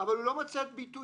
אבל הוא לא מוצא את ביטויו.